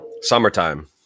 Summertime